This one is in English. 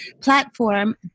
platform